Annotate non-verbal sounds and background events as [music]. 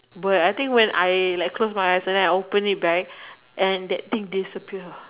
where I think like when I close my eyes and then I open it back [breath] and that thing disappear